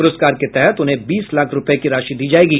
प्रस्कार के तहत उन्हें बीस लाख रूपये की राशि दी जायेगी